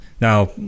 now